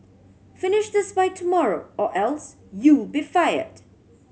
finish this by tomorrow or else you'll be fired